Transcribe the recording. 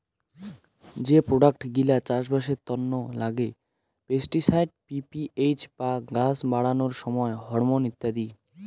যে প্রোডাক্ট গিলা চাষবাসের তন্ন লাগে পেস্টিসাইড, পি.পি.এইচ বা গাছ বাড়ানোর হরমন ইত্যাদি